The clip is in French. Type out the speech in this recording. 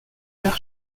leur